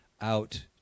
out